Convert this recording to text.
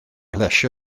plesio